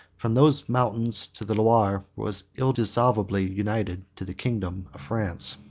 from those mountains to the loire, was indissolubly united to the kingdom of france.